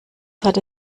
hatte